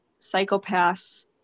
psychopaths